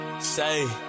Say